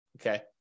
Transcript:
okay